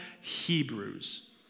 Hebrews